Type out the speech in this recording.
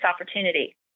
opportunity